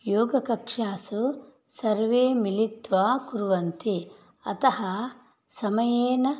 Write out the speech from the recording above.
योगकक्षासु सर्वे मिलित्वा कुर्वन्ति अतः समयेन